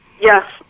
Yes